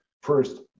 first